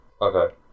okay